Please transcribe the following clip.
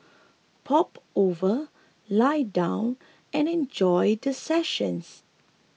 pop over lie down and enjoy the session